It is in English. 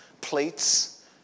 plates